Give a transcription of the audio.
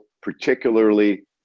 particularly